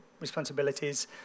responsibilities